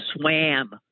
swam